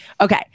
Okay